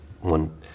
one